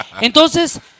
entonces